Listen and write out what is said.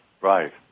right